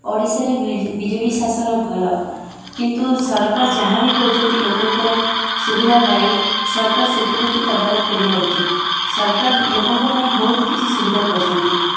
ଓଡ଼ିଶାରେ B J D ଶାସନ ଭଲ କିନ୍ତୁ ସରକାର ଯାହା ବି କରୁଛନ୍ତି ଲୋକଙ୍କର ସୁବିଧା ପାଇଁ ସରକାର ସେଥିପ୍ରତି ତଦାରଖ କରିବା ଉଚିତ୍ ସରକାର ଲୋକଙ୍କ ପାଇଁ ବହୁତ କିଛି ସୁବିଧା କରିଛନ୍ତି